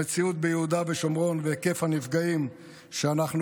המציאות ביהודה ושומרון והיקף הנפגעים שאנחנו